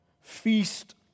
feast